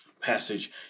passage